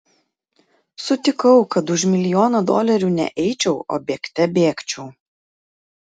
sutikau kad už milijoną dolerių ne eičiau o bėgte bėgčiau